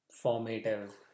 formative